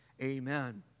amen